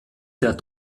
der